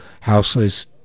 houseless